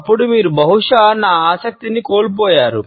అప్పుడు మీరు బహుశా నా ఆసక్తిని కోల్పోయారు